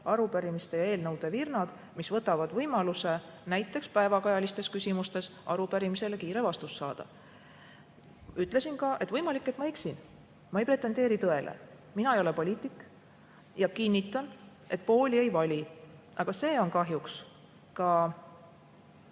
arupärimiste ja eelnõude virnad, mis võtavad võimaluse näiteks päevakajalistes küsimustes arupärimisele kiire vastus saada. Ütlesin ka, et võimalik, et ma eksin. Ma ei pretendeeri tõele. Mina ei ole poliitik ja kinnitan, et pooli ei vali. Aga see on kahjuks ka